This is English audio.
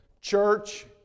church